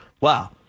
Wow